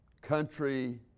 country